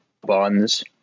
buns